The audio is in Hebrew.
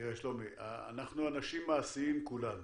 תראה, שלומי, אנחנו אנשים מעשיים כולנו